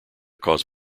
caused